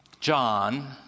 John